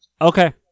Okay